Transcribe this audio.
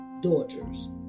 daughters